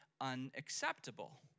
unacceptable